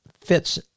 fits